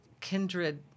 kindred